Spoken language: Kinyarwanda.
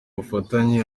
ubufatanye